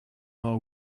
nor